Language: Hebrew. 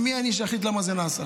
מי אני שאחליט למה זה נעשה?